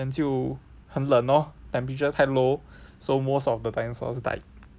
then 就很冷 lor temperature 太 low so most of the dinosaurs died